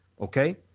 Okay